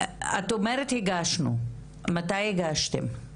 את אומרת הגשנו, מתי הגשתם?